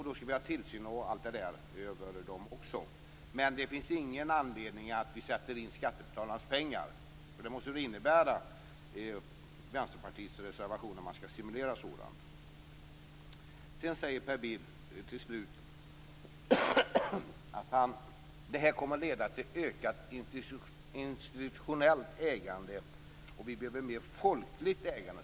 Då skall det ske en tillsyn av dem också. Det finns ingen anledning att sätta in skattebetalarnas pengar. Vänsterpartiets reservation måste innebära något sådant. Per Bill säger att detta kommer att leda till ökat institutionellt ägande. Vi behöver mer folkligt ägande.